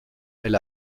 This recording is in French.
elle